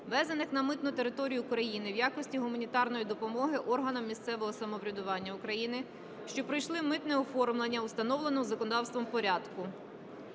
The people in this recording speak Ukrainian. ввезених на митну територію України в якості гуманітарної допомоги органам місцевого самоврядування України, що пройшли митне оформлення у встановленому законодавством порядку.